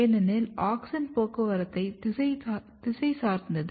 ஏனெனில் ஆக்ஸின் போக்குவரத்து திசை சார்ந்தது